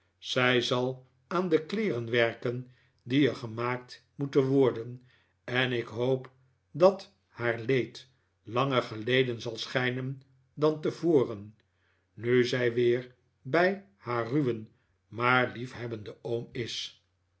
zij zal aan de kleeren werken die er gemaakt moeten worden en ik hoop dat haar leed langer geleden zal schijnen dan tevoren nu zij weer bij haar ruwen maar liefhebbenden oom is